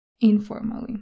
Informally